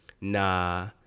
Nah